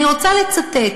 אני רוצה לצטט